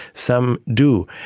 some do,